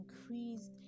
increased